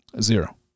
Zero